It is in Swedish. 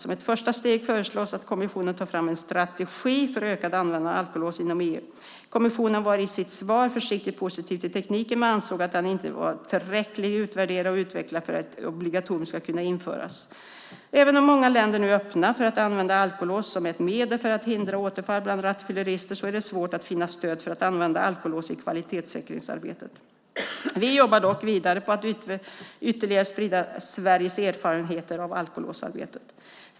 Som ett första steg föreslås att kommissionen tar fram en strategi för ökad användning av alkolås inom EU. Kommissionen var i sitt svar försiktigt positiv till tekniken men ansåg att den inte var tillräckligt utvärderad och utvecklad för att ett obligatorium ska kunna införas. Även om många länder nu är öppna för att använda alkolås som ett medel för att hindra återfall bland rattfyllerister är det svårt att finna stöd för att använda alkolås i kvalitetssäkringsarbetet. Vi jobbar dock vidare på att ytterligare sprida Sveriges erfarenheter av alkolåsarbete.